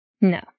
No